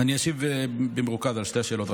אני אשיב במרוכז על שתי השאלות.